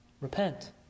repent